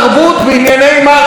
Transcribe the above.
לפי הקצב הנוכחי,